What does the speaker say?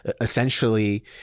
essentially